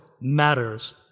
matters